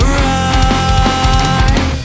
right